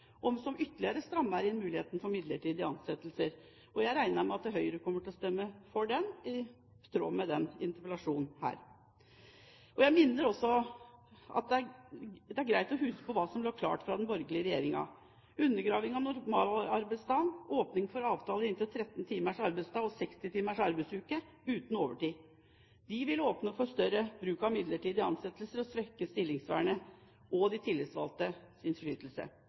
som ytterligere strammer inn muligheten for midlertidige ansettelser. Jeg regner med at Høyre kommer til å stemme for den i tråd med denne interpellasjonen. Jeg minner også om at det er greit å huske på hva som lå klart fra den borgerlige regjeringen: Undergraving av normalarbeidsdagen, åpning for avtaler med inntil 13 timers arbeidsdag, og 60 timers arbeidsuke uten overtid. Det ville åpnet for større bruk av midlertidige ansettelser, svekket stillingsvernet og de